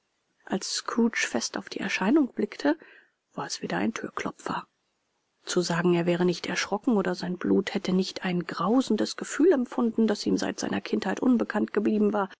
als scrooge fest auf die erscheinung blickte war es wieder ein thürklopfer zu sagen er wäre nicht erschrocken oder sein blut hätte nicht ein grausendes gefühl empfunden das ihm seit seiner kindheit unbekannt geblieben war